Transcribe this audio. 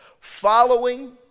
Following